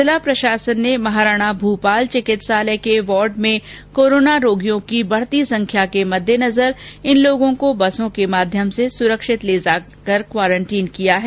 जिला प्रशासन ने महाराणा भूपाल चिकित्सालय के वार्ड में कोरोना रोगियों की बढती संख्या के मद्देनजर इन लोगों को बसों के माध्यम से सुरक्षित ले जाकर क्वारंटीन किया है